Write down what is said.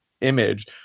image